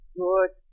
good